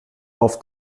auf